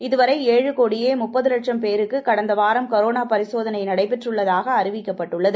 இது வரை ஏழு கோடியே முப்பது லட்சும் பேருக்கு கடந்த வாரம் கொரோனா பரிசோதனை நடைபெற்றுள்ளதாக அறிவிக்கப்பட்டுள்ளது